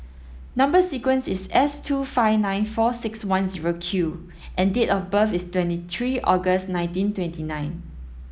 number sequence is S two five nine four six one zero Q and date of birth is twenty three August nineteen twenty nine